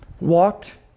walked